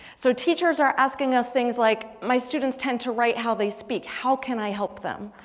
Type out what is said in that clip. so teachers are asking us things like. my students tend to write how they speak. how can i help them?